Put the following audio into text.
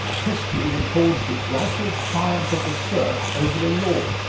history records the gradual triumph of the serf over the lord,